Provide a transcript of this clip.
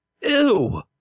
Ew